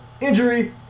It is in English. injury